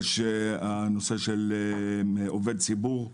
יש הנושא של עובד ציבור.